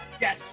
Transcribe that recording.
Yes